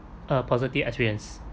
uh positive experience